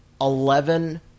eleven